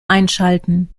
einschalten